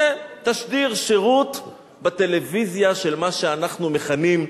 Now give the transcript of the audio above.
זה תשדיר שירות בטלוויזיה, של מה שאנחנו מכנים: